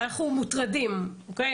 אנחנו מוטרדים, אוקיי?